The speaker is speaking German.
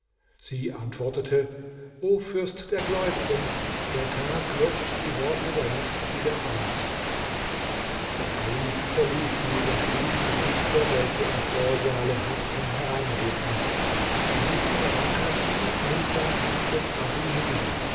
sie antwortete o fürst der gläubigen der tag löscht die worte der nacht wieder aus der kalif verließ sie und ließ die dichter welche im vorsaale harrten hereinrufen sie hießen rakaschi mußab und abu nuwas